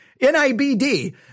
N-I-B-D